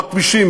בכבישים,